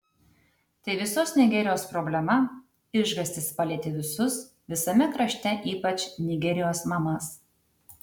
tai visos nigerijos problema išgąstis palietė visus visame krašte ypač nigerijos mamas